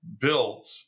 built